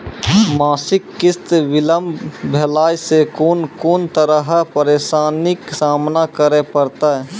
मासिक किस्त बिलम्ब भेलासॅ कून कून तरहक परेशानीक सामना करे परतै?